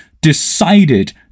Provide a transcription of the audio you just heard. decided